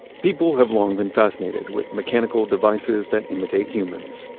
people have long been fascinated with mechanical devices that imitate humans.